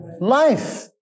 life